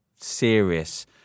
serious